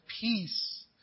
peace